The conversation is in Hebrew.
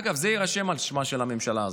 אגב, זה יירשם על שמה של הממשלה הזאת.